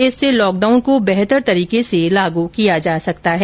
इससे लॉकडाउन को बेहतर तरीके से लागू किया जा सकता है